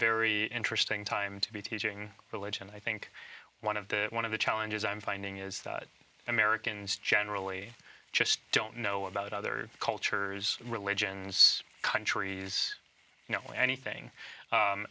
very interesting time to be teaching religion i think one of the one of the challenges i'm finding is that americans generally just don't know about other cultures religions countries you know anything